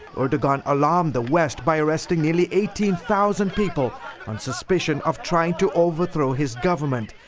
erdogan alarmed the west by arresting nearly eighteen thousand people on suspicion of trying to overthrow his government.